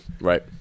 Right